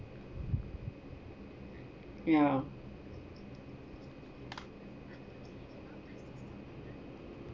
yeah